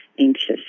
anxious